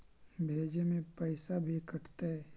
भेजे में पैसा भी कटतै?